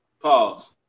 Pause